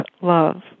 love